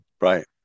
Right